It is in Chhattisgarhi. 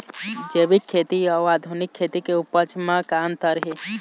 जैविक खेती अउ आधुनिक खेती के उपज म का अंतर हे?